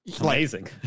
amazing